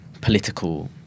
political